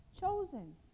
chosen